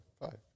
five